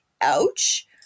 ouch